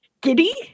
giddy